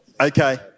Okay